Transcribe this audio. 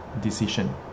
decision